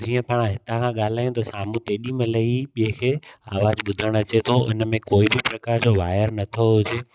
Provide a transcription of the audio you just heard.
जीअं पाण हितां खां ॻाल्हायूं त साम्हूं तेॾी महिल ई ॿिए खे आवाज़ु ॿुधणु अचे थो उनमें कोई बि प्रकार जो वायर नथो हुजे